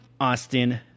Austin